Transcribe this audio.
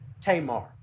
Tamar